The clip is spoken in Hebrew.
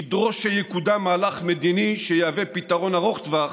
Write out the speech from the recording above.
נדרוש שיקודם מהלך מדיני שיהווה פתרון ארוך טווח,